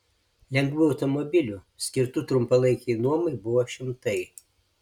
lengvųjų automobilių skirtų trumpalaikei nuomai buvo šimtai